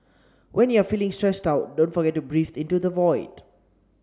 when you are feeling stressed out don't forget to breathe into the void